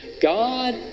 god